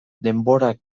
denborak